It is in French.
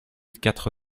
quatre